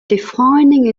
defining